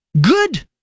good